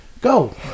Go